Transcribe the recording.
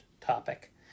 topic